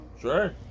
sure